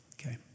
okay